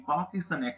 Pakistan